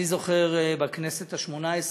אני זוכר, בכנסת השמונה-עשרה,